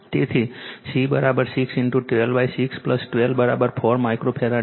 તેથી C6 126 124 microfarad છે